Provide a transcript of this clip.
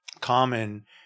common